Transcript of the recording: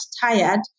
tired